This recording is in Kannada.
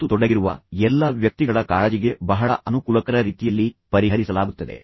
ಮತ್ತು ತೊಡಗಿರುವ ಎಲ್ಲಾ ವ್ಯಕ್ತಿಗಳ ಕಾಳಜಿಗೆ ಬಹಳ ಅನುಕೂಲಕರ ರೀತಿಯಲ್ಲಿ ಪರಿಹರಿಸಲಾಗುತ್ತದೆ